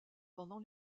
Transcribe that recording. pendant